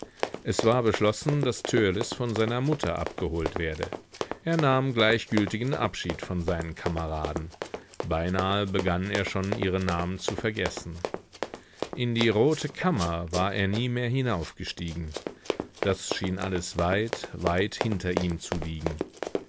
es war beschlossen daß törleß von seiner mutter abgeholt werde er nahm gleichgültigen abschied von seinen kameraden beinahe begann er schon ihre namen zu vergessen in die rote kammer war er nie mehr hinaufgestiegen das schien alles weit weit hinter ihm zu liegen